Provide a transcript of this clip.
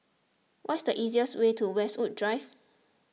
what is the easiest way to Westwood Drive